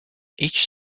each